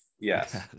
Yes